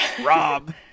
Rob